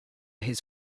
his